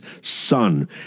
son